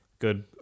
Good